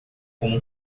como